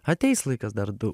ateis laikas dar dau